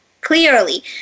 clearly